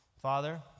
Father